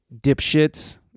Dipshits